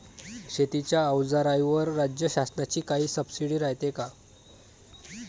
शेतीच्या अवजाराईवर राज्य शासनाची काई सबसीडी रायते का?